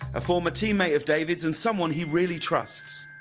former teammate of david and someone he really trusts.